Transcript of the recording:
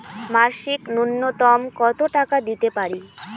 মাসিক নূন্যতম কত টাকা দিতে পারি?